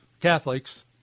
Catholics